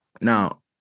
Now